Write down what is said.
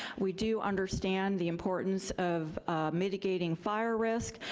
we do understand the importance of mitigating fire risk,